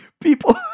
people